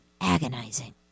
agonizing